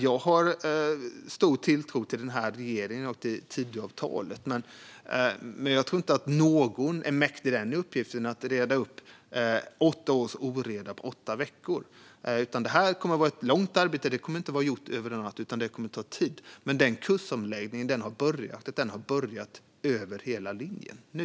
Jag har stor tilltro till denna regering och till Tidöavtalet, men jag tror inte att någon mäktar med uppgiften att reda ut åtta års oreda på åtta veckor. Detta kommer att vara ett arbete som inte kommer att vara gjort över en natt, utan det kommer att ta tid. Men denna kursomläggning har börjat, och den har börjat över hela linjen nu.